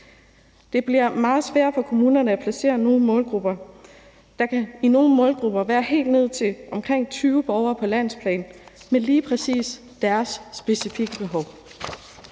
Det bliver meget sværere for kommunerne at placere nogle målgrupper. Der kan i nogle målgrupper være helt ned til omkring 20 borgere på landsplan med lige præcis deres specifikke behov.